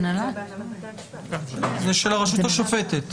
זה של הרשות השופטת.